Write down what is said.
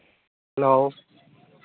hello